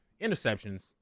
interceptions